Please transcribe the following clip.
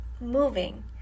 moving